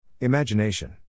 Imagination